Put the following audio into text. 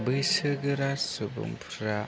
बैसो गोरा सुबुंफ्रा